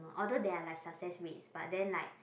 although there are like success rates but then like